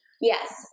Yes